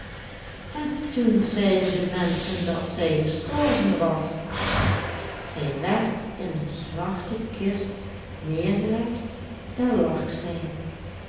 en toen zeiden de menschen dat zij gestorven was zij werd in de zwarte kist neergelegd daar lag zij